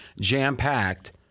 jam-packed